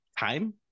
time